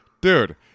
dude